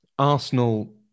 Arsenal